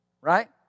Right